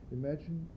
imagine